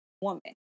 woman